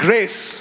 Grace